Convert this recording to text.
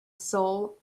sol